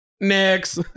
Next